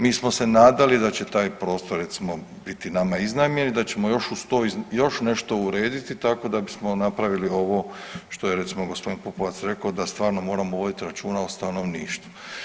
Mi smo se nadali da će taj prostor recimo biti nama iznajmljen i da ćemo još uz to još nešto urediti tako da bismo napravili ovo što je recimo gospodin Pupovac rekao da stvarno moramo voditi računa o stanovništvu.